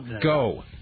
go